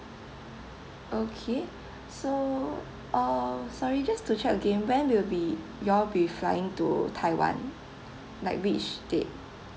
okay so uh sorry just to check again when will be you all be flying to taiwan like which date